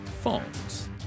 Phones